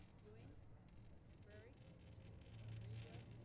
ewing frerichs greenfield